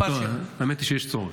האמת היא שיש צורך.